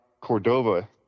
cordova